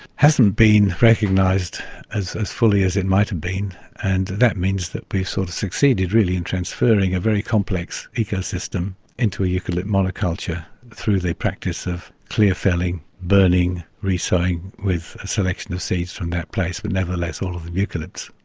hasn't been recognised as as fully as it might have been. and that means that we sort of succeeded really in transferring a very complex ecosystem into a eucalypt monoculture through the practice of clear felling, burning, re-sowing with a selection of seeds from that place, but nevertheless all of them eucalypts.